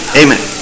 amen